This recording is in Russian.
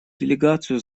делегацию